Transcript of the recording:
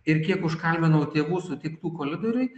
ir kiek užkalbinau tėvų sutiktų kolidoriuj